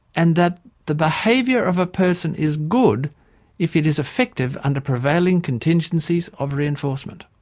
and that the behaviour of a person is good if it is effective under prevailing contingencies of reinforcement.